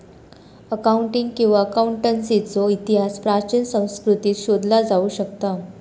accounting किंवा अकाउंटन्सीचो इतिहास प्राचीन संस्कृतींत शोधला जाऊ शकता